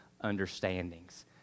understandings